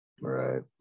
Right